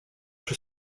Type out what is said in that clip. przy